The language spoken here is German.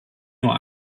nur